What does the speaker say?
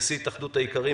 נשיא התאחדות האיכרים,